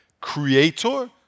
Creator